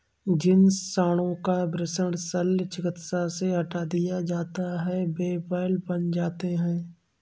जिन साँडों का वृषण शल्य चिकित्सा से हटा दिया जाता है वे बैल बन जाते हैं